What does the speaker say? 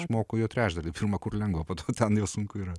aš moku jo trečdalį pirmą kur lengva po to ten jau sunku yra